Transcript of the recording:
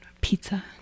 pizza